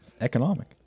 Economic